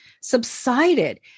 subsided